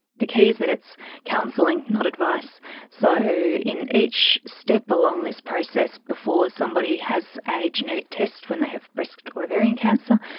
the key is that it's counselling not advice. so in each step along this process before somebody has a genetic test, when they have breast or ovarian cancer,